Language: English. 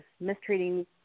mistreating